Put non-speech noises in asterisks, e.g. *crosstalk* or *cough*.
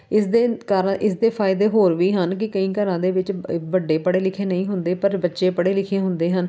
ਇਸ ਦੇ ਕਾਰਨ ਇਸ ਦੇ ਫਾਇਦੇ ਹੋਰ ਵੀ ਹਨ ਕਿ ਕਈ ਘਰਾਂ ਦੇ ਵਿੱਚ *unintelligible* ਵੱਡੇ ਪੜ੍ਹੇ ਲਿਖੇ ਨਹੀਂ ਹੁੰਦੇ ਪਰ ਬੱਚੇ ਪੜ੍ਹੇ ਲਿਖੇ ਹੁੰਦੇ ਹਨ